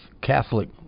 Catholic